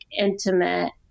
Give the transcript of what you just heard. intimate